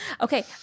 okay